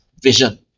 vision